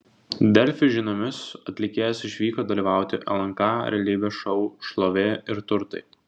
delfi žiniomis atlikėjas išvyko dalyvauti lnk realybės šou šlovė ir turtai